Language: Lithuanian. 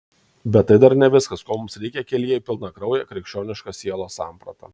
bet tai dar ne viskas ko mums reikia kelyje į pilnakrauję krikščionišką sielos sampratą